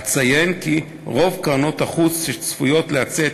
אציין כי רוב קרנות החוץ שצפויות להציע את